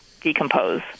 decompose